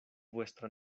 vuestra